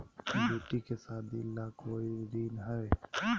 बेटी के सादी ला कोई ऋण हई?